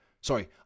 Sorry